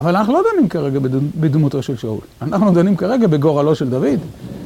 אבל אנחנו לא דנים כרגע בדמותו של שאול, אנחנו דנים כרגע בגורלו של דוד.